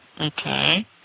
Okay